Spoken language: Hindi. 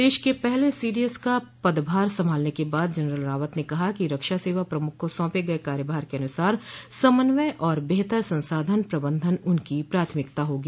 देश के पहले सीडीएस का पदभार संभालने के बाद जनरल रावत ने कहा कि रक्षा सेवा प्रमुख को सौंपे गये कार्यभार के अनुसार समन्वय और बेहतर संसाधन प्रबंधन उनकी प्राथमिकता होगी